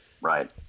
Right